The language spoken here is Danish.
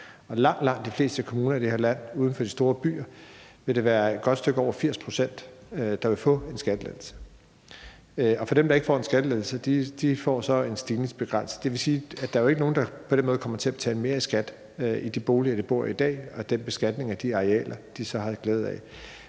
langt de fleste kommuner i det her land uden for de store byer vil det være et godt stykke over 80 pct., der vil få en skattelettelse. Og dem, der ikke får en skattelettelse, får så en stigningsbegrænsning. Det vil sige, at der jo ikke er nogen, der på den måde kommer til at betale mere i skat i de boliger, de bor i i dag, og af de arealer, de så har glæde af.